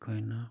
ꯑꯩꯈꯣꯏꯅ